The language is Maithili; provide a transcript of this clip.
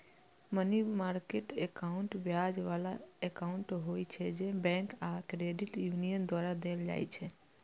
मनी मार्केट एकाउंट ब्याज बला एकाउंट होइ छै, जे बैंक आ क्रेडिट यूनियन द्वारा देल जाइ छै